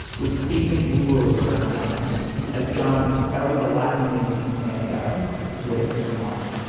was pacing angrily around john as john spouted the latin names of plants at him as a way to piss him off